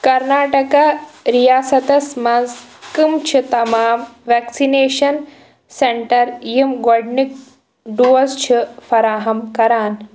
کرناٹکہ ریاستس مَنٛز کٕم چھِ تمام ویٚکسِنیشن سیٚنٹر یِم گۄڈٕنیٛک ڈوز چھِ فراہم کران